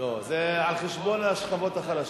לא, זה על חשבון השכבות החלשות.